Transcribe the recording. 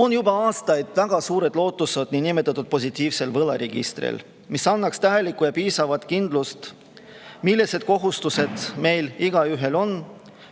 on olnud väga suured lootused niinimetatud positiivsel võlaregistril, mis annaks täieliku ja piisava kindluse, millised kohustused meil igaühel on,